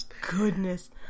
goodness